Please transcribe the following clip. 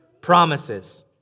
promises